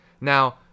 now